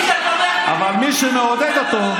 אבל מי שמעודד אותו,